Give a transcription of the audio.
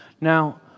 Now